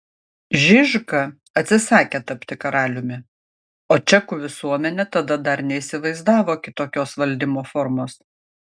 žižka atsisakė tapti karaliumi o čekų visuomenė tada dar neįsivaizdavo kitokios valdymo formos